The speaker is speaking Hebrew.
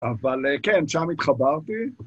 אבל כן, שם התחברתי.